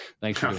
thanks